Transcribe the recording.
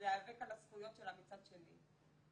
ולהיאבק על הזכויות שלה מצד שני.